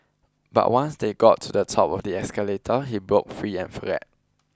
but once they got to the top of the escalator he broke free and fred